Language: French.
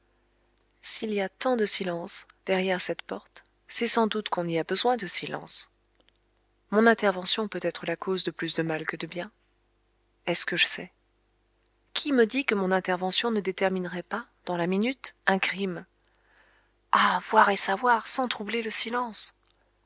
s'il y a tant de silence derrière cette porte c'est sans doute qu'on y a besoin de silence mon intervention peut être la cause de plus de mal que de bien est-ce que je sais qui me dit que mon intervention ne déterminerait pas dans la minute un crime ah voir et savoir sans troubler le silence